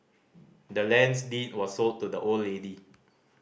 the land's deed was sold to the old lady